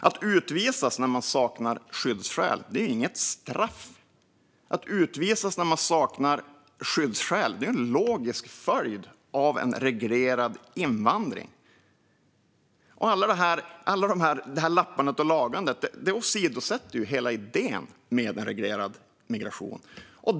Att utvisas när man saknar skyddsskäl är inget straff. Det är en logisk följd av en reglerad invandring. Allt detta lappande och lagande åsidosätter hela idén med en reglerad migration.